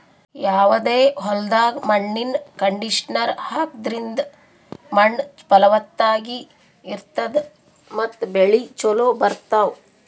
ಯಾವದೇ ಹೊಲ್ದಾಗ್ ಮಣ್ಣಿನ್ ಕಂಡೀಷನರ್ ಹಾಕದ್ರಿಂದ್ ಮಣ್ಣ್ ಫಲವತ್ತಾಗಿ ಇರ್ತದ ಮತ್ತ್ ಬೆಳಿ ಚೋಲೊ ಬರ್ತಾವ್